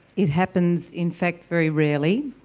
it happens in fact very rarely,